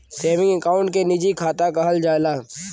सेवींगे account के निजी खाता कहल जाला